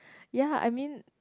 ya I mean